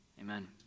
amen